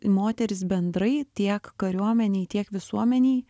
moteris bendrai tiek kariuomenėj tiek visuomenėj